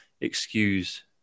excuse